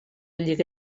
lliga